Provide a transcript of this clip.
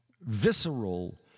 visceral